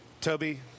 Toby